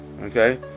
Okay